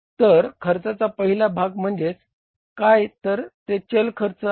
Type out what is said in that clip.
तर खर्चाचा पहिला भाग म्हणजे काय तर ते चल खर्च आहे